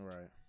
Right